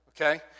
okay